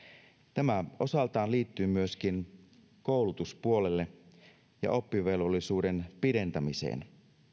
tämä osaltaan liittyy myöskin koulutuspuoleen ja oppivelvollisuuden pidentämiseen